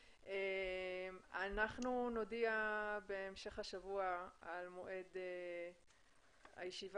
אנחנו נודיע בהמשך השבוע על מועד הישיבה